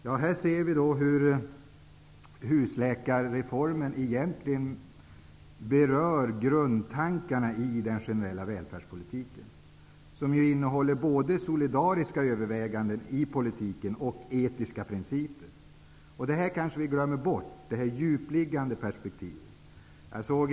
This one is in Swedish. Det här visar hur husläkarreformen egentligen berör grundtankarna i den generella välfärdspolitiken, som ju innehåller både solidariska överväganden och etiska principer. Det här djupliggande perspektivet kanske vi glömmer bort.